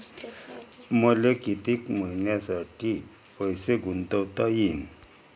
मले कितीक मईन्यासाठी पैसे गुंतवता येईन?